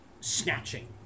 snatching